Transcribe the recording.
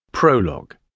Prologue